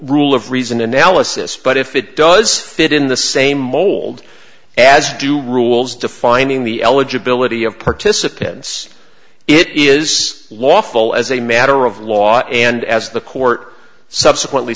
rule of reason analysis but if it does fit in the same mold as do rules defining the eligibility of participants it is lawful as a matter of law and as the court subsequently